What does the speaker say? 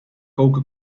coca